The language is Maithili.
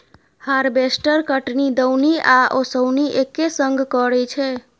हारबेस्टर कटनी, दौनी आ ओसौनी एक्के संग करय छै